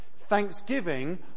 Thanksgiving